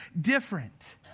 different